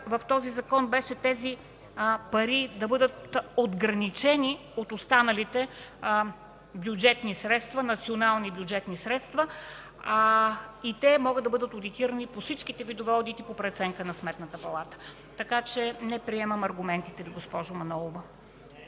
в този закон беше тези пари да бъдат отграничени от останалите национални бюджетни средства, и те могат да бъдат одитирани по всичките видове одити по преценка на Сметната палата. Така че не приемам аргументите Ви, госпожо Манолова.